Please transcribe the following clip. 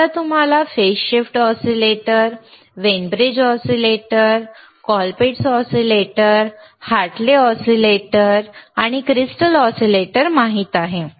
तर आता तुम्हाला phase shift oscillator Wien bridge oscillator Colpitts oscillator Hartley oscillator आणि क्रिस्टल ऑसिलेटर माहित आहेत